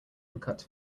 uncut